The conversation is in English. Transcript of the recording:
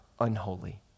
unholy